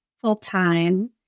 full-time